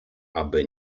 aby